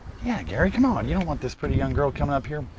yeah, gary, come on. you don't want this pretty young girl coming up here,